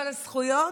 אבל הזכויות?